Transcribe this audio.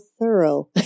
thorough